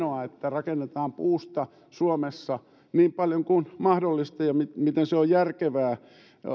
minusta on hienoa että suomessa rakennetaan puusta niin paljon kuin mahdollista ja miten se on järkevää